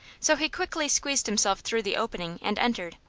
so he quickly squeezed himself through the opening and entered.